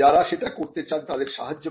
যারা সেটা করতে চান তাদের সাহায্য করা